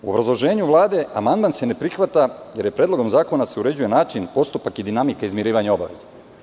U obrazloženju Vlade amandman se ne prihvata jer Predlogom zakona se uređuje način i postupak i dinamika izmirivanja obaveza.